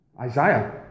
Isaiah